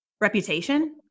reputation